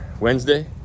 Wednesday